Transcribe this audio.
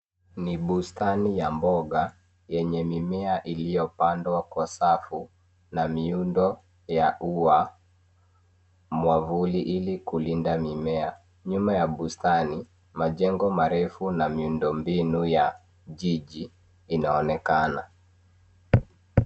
Ni bustani ya mboga yenye mimea iliyopandwa kwa safu na miundo ya ua mwavuli, ili kulinda mimea. Nyuma ya bustani, majengo marefu na miundo mbinu ya jiji, inaonekana.